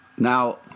Now